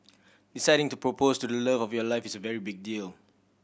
deciding to propose to the love of your life is a very big deal